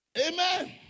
Amen